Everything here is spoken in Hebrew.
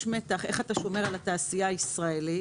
יש מתח איך אתה שומר על התעשייה הישראלית